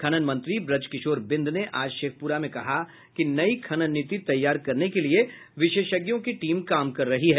खनन मंत्री ब्रजकिशोर बिंद ने आज शेखपुरा में कहा कि नई खनन नीति तैयार करने के लिये विशेषज्ञों की टीम काम कर रही है